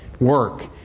work